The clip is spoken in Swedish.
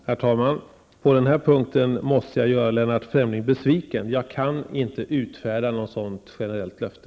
Herr talman! På denna punkt måste jag göra Lennart Fremling besviken. Jag kan inte utfärda något sådant generellt löfte.